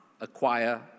acquire